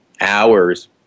hours